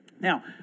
Now